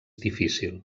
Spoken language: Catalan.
difícil